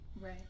Right